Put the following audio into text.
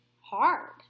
hard